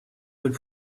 would